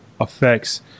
effects